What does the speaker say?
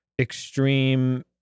extreme